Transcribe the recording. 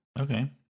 Okay